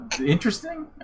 interesting